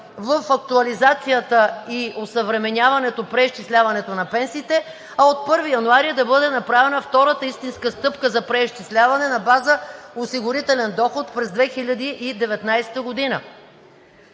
в актуализацията и осъвременяването, преизчисляването на пенсиите, а от 1 януари да бъде направена втората истинска стъпка за преизчисляване на база на осигурителен доход през 2019 г.